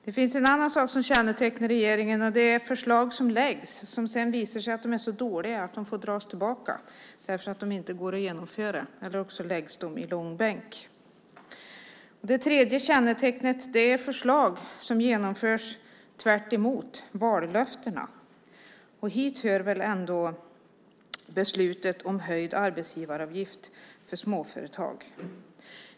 Det finns en annan sak som också kännetecknar regeringen, och det är förslag som läggs fram och som sedan visar sig vara så dåliga att de får dras tillbaka eller dras i långbänk därför att de inte går att genomföra. Det tredje kännetecknet är förslag som genomförs tvärtemot vallöftena. Hit hör väl ändå beslutet om höjd arbetsgivaravgift för småföretag.